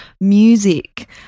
music